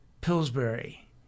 Pillsbury